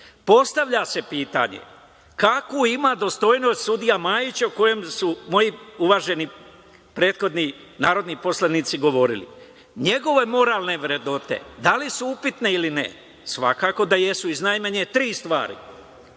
sudija. Postavlja se pitanje – kakvu ima dostojnost sudija Majić o kojem su moji uvaženi prethodni narodni poslanici govorili? Njegove moralne vrednosti da li su upitne ili ne? Svakako da jesu, iz najmanje tri stvari. Prvo,